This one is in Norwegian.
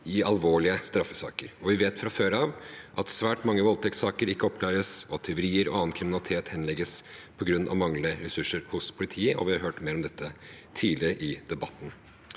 i alvorlige straffesaker. Vi vet fra før av at svært mange voldtektssaker ikke oppklares, og at tyverier og annen kriminalitet henlegges på grunn av manglende ressurser hos politiet, og vi har hørt mer om dette tidligere i debatten.